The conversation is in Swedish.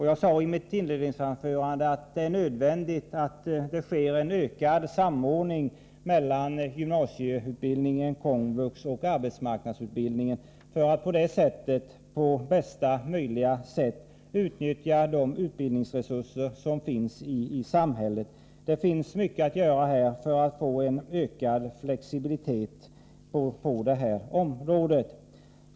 Jag sade i mitt inledningsanförande att det är nödvändigt att det blir en ökad samordning mellan gymnasieskolan, Komvux och arbetsmarknadsutbildningen, för att man på bästa sätt skall kunna utnyttja de utbildningsresurser som finns i samhället. Det finr "är mycket att göra för att få en ökad flexibilitet på detta område.